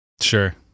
Sure